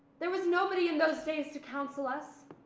there was nobody in those days to counsel us.